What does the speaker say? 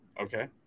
Okay